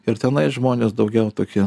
ir tenai žmonės daugiau tokie